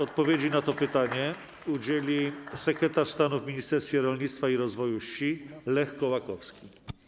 Odpowiedzi na to pytanie udzieli sekretarz stanu w Ministerstwie Rolnictwa i Rozwoju Wsi Lech Kołakowski.